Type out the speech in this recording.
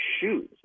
shoes